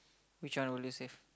which one will you save